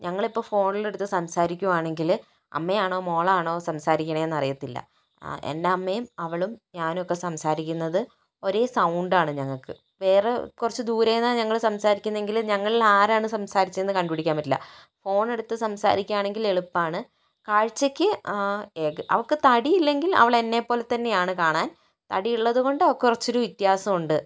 ഞങ്ങളിപ്പോൾ ഫോണിലെടുത്തു സംസാരിക്കുകയാണെങ്കില് അമ്മയാണോ മോളാണോ സംസാരിക്കണേന്ന് അറിയത്തില്ല എൻ്റമ്മയും അവളും ഞാനുമൊക്കെ സംസാരിക്കുന്നത് ഒരേ സൗണ്ട് ആണ് ഞങ്ങൾക്ക് വേറെ കുറച്ച് ദൂരെ നിന്നാണ് ഞങ്ങള് സംസാരിക്കുന്നതെങ്കില് ഞങ്ങളിൽ ആരാണ് സംസാരിച്ചതെന്ന് കണ്ടുപിടിക്കാൻ പറ്റില്ല ഫോണെടുത്ത് സംസാരിക്കുകയാണെങ്കിൽ എളുപ്പമാണ് കാഴ്ചയ്ക്ക് അവൾക്ക് തടി ഇല്ലെങ്കിൽ അവളെന്നെപ്പോലെത്തന്നെ ആണ് കാണാൻ തടി ഉള്ളതുകൊണ്ട് അവൾക്ക് കുറച്ചൊരു വ്യത്യാസമുണ്ട്